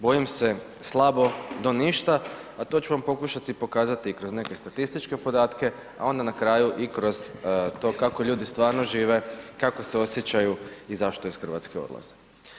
Bojim se slabo do ništa, a to ću vam pokušati pokazati i kroz neke statističke podatke, a onda na kraju i kroz to kako ljudi stvarno žive, kako se osjećaju i zašto iz Hrvatske odlaze.